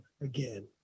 again